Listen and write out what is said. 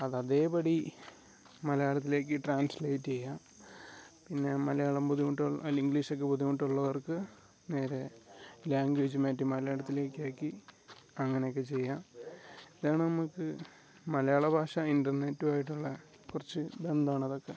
അതതേപടി മലയാളത്തിലേക്ക് ട്രാൻസ്ലേറ്റ് ചെയ്യാം പിന്നെ മലയാളം ബുദ്ധിമുട്ടുകൾ അല്ല ഇംഗ്ലീഷ് ഒക്കെ ബുദ്ധിമുട്ടുള്ളവർക്ക് നേരെ ലാംഗ്വേജ് മാറ്റി മലയാളത്തിലേക്ക് ആക്കി അങ്ങനെയെക്കെ ചെയ്യാം ഇതാണ് നമുക്ക് മലയാള ഭാഷ ഇൻ്റർനെറ്റും ആയിട്ടുള്ള കുറച്ച് ബന്ധമാണ് അതൊക്കെ